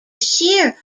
sheer